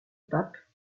pape